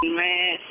man